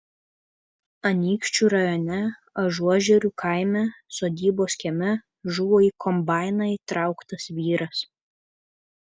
anykščių rajone ažuožerių kaime sodybos kieme žuvo į kombainą įtrauktas vyras